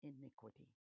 iniquity